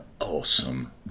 awesome